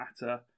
matter